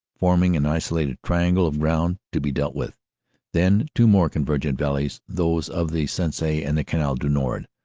forming an isolated triangle of ground to be dealt with then two more convergent valleys, those of the sensee and the canal du nord,